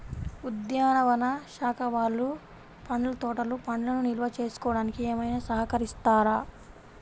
ఉద్యానవన శాఖ వాళ్ళు పండ్ల తోటలు పండ్లను నిల్వ చేసుకోవడానికి ఏమైనా సహకరిస్తారా?